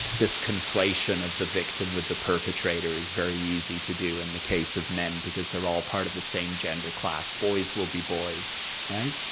this conflation of the victim with the perpetrator is very easy to do in the case of men, because they're all part of the same gender class. boys will be boys, right.